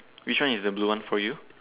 which one is the blue one for you